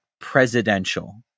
presidential